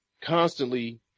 constantly